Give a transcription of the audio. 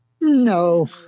No